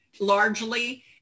largely